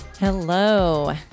hello